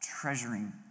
treasuring